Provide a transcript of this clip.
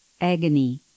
agony